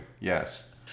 Yes